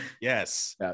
yes